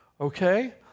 Okay